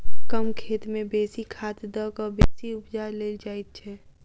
कम खेत मे बेसी खाद द क बेसी उपजा लेल जाइत छै